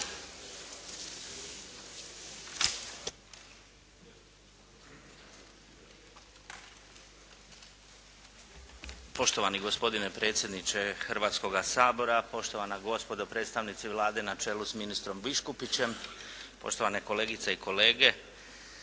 Poštovani gospodine predsjedniče Hrvatskoga sabora, poštovana gospodo predstavnici Vlade na čelu s ministrom Biškupićem, poštovane kolegice i kolege!